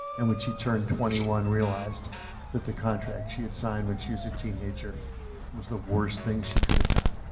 and when she turned twenty one, realized that the contract she had signed when she was a teenager was the worst thing she could done.